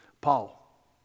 Paul